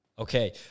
Okay